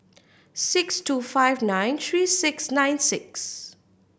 six two five nine three six nine six